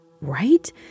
Right